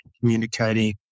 communicating